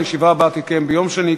הישיבה הבאה תתקיים ביום שני,